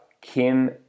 Kim